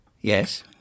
Yes